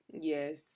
Yes